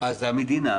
אז המדינה,